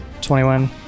21